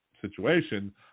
situation